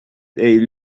they